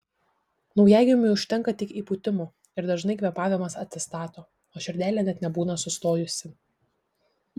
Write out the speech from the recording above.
naujagimiui užtenka tik įpūtimų ir dažnai kvėpavimas atsistato o širdelė net nebūna sustojusi